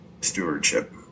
stewardship